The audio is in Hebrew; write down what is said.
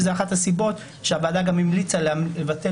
וזאת אחת הסיבות שהוועדה גם המליצה לבטל